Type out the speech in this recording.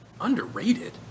Underrated